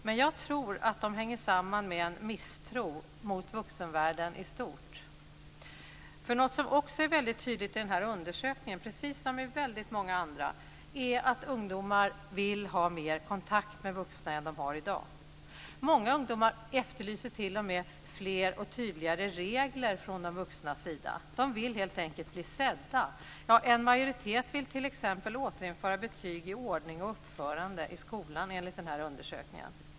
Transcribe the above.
Men jag tror att den hänger samman med en misstro mot vuxenvärlden i stort. Något som också är väldigt tydligt i den här undersökningen, precis som i många andra, är att ungdomar vill ha mer kontakt med vuxna än de har i dag. Många ungdomar efterlyser t.o.m. fler tydliga regler från de vuxnas sida. De vill helt enkelt bli sedda. En majoritet vill t.ex. återinföra betyg i ordning och uppförande i skolan, enligt denna undersökning.